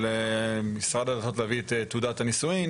למשרד הדתות להביא את תעודת הנישואין